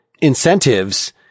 incentives –